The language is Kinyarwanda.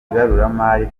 ibaruramari